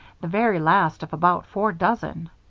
the very last of about four dozen.